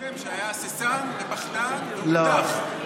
אומרים שהיה הססן ופחדן והודח.